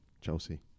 Chelsea